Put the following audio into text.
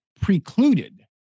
precluded